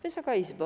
Wysoka Izbo!